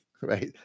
right